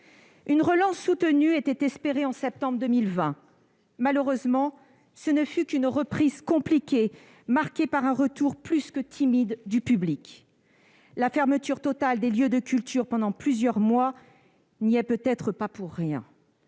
Une relance soutenue était espérée en septembre 2021 ; malheureusement, cette reprise, marquée par un retour plus que timide du public, fut compliquée. La fermeture totale des lieux de culture pendant plusieurs mois n'y est peut-être pas pour rien